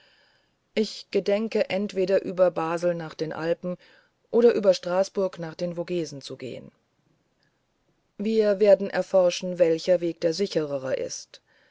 ich gedenke entweder über basel nach den alpen oder über straßburg nach den vogesen zu gehen wir werden erforschen welcher weg der sichrere ist